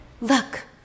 look